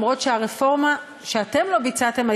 אף שהרפורמה שאתם לא ביצעתם,